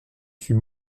suis